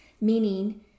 meaning